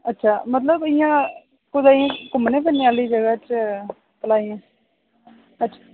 अच्छा मतलब इयां कुतै इयां घूमने फिरने आह्ली जगह च भला इयां अच्छा